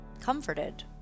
comforted